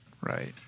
right